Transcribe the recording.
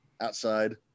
outside